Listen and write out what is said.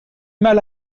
mal